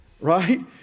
right